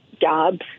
jobs